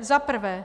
1.